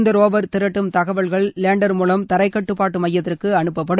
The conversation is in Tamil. இந்த ரோவர் திரட்டும் தகவல்கள் லேண்டர் மூலம் தரைக்கட்டுப்பாட்டு மையத்திற்கு அனுப்பப்படும்